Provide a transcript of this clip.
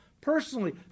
personally